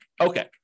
Okay